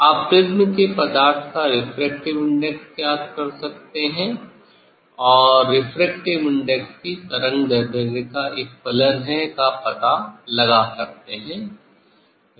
आप प्रिज़्म के पदार्थ का रेफ्रेक्टिव इंडेक्स ज्ञात कर सकते हैं और रेफ्रेक्टिव इंडेक्स भी तरंगदैर्ध्य का एक फलन है का पता लगा सकता है